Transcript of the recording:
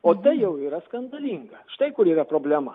o tai jau yra skandalinga štai kur yra problema